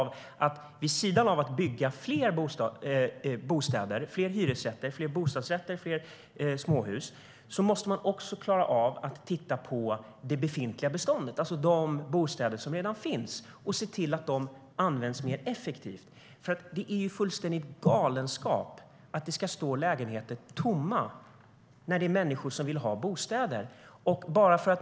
Vid sidan av att bygga fler hyresrätter, fler bostadsrätter, fler småhus måste man också klara av att titta på det befintliga beståndet, de bostäder som redan finns, och se till att de används mer effektivt. Det är fullständig galenskap att lägenheter står tomma när det finns människor som vill ha en bostad.